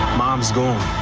comscore.